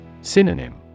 Synonym